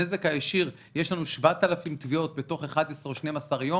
הנזק הישיר יש לנו 7,000 תביעות בתוך 11 או 12 יום,